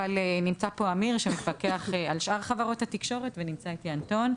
אבל נמצא פה אמיר שמפקח על שאר חברות התקשורת ונמצא פה אנטון.